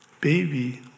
baby